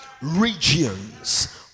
regions